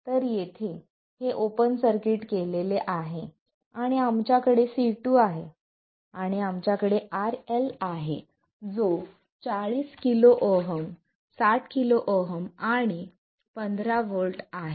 तर येथे हे ओपन सर्किट केलेले आहे आणि आमच्याकडे C2 आहे आणि आमच्याकडे RL आहे जो 40 KΩ 60 KΩ आणि 15 व्होल्ट आहे